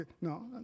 no